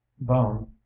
bone